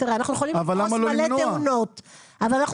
אנחנו יכולים לפרוס הרבה תאונות אבל אנחנו